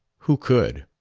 who could?